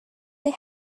they